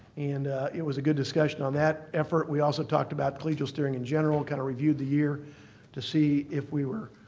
and it was a good discussion on that effort. we also talked about collegial steering in general, kind of reviewed the year to see if we were